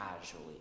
casually